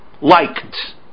liked